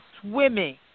swimming